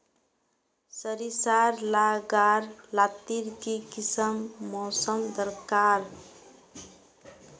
सरिसार ला गार लात्तिर की किसम मौसम दरकार?